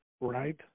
Right